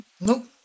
Nope